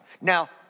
Now